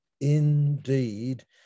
indeed